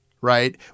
right